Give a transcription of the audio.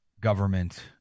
government